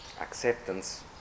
acceptance